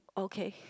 okay